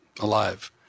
alive